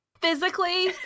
physically